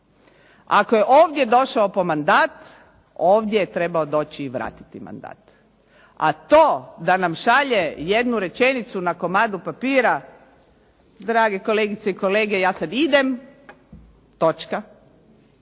Ako je ovdje došao po mandat, ovdje je trebao doći i vratiti mandat. A to da nam šalje jednu rečenicu na komadu papira, drage kolegice i kolege, ja sada idem. To